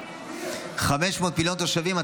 500 מיליון תושבים.